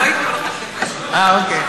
לא ייתנו לך, אה, אוקיי.